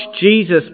Jesus